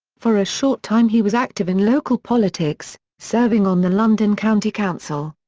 for a short time he was active in local politics, serving on the london county council.